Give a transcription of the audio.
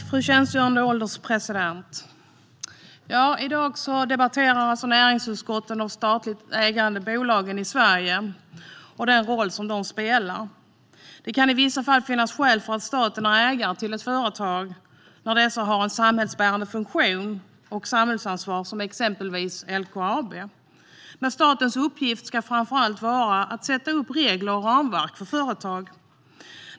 Fru ålderspresident! I dag debatterar näringsutskottet de statligt ägda bolagen i Sverige och vilken roll de spelar. Det kan i vissa fall finnas skäl till att staten är ägare i ett företag när detta har en samhällsbärande funktion och samhällsansvar, som till exempel LKAB. Men statens uppgift ska framför allt vara att sätta upp regler och ramverk för företag.